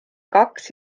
kaks